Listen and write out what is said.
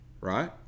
right